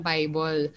Bible